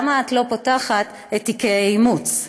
למה את לא פותחת את תיקי האימוץ?